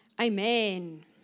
Amen